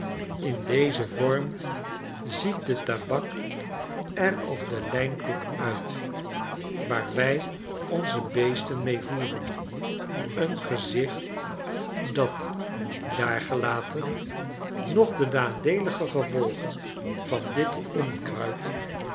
in dezen vorm ziet de tabak er als de lijnkoek nit waar wij onze beesten mee voeren een gezicht dat daargelaten nog de nadeelige gevolgen van dit on